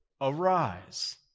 arise